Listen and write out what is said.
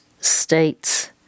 states